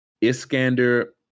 Iskander